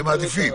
שמעדיפים.